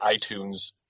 iTunes